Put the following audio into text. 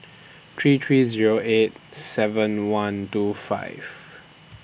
three three Zero eight seven one two five